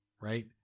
Right